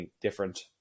different